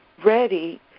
ready